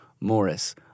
Morris